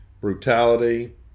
brutality